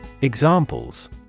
Examples